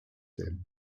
them